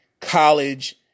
college